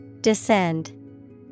Descend